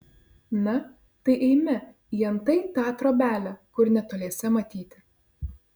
na tai eime į antai tą trobelę kur netoliese matyti